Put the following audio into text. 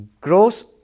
gross